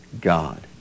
God